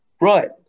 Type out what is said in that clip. Right